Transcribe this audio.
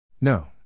No